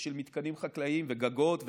ושל מתקנים חקלאיים וגגות,